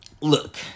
Look